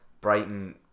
Brighton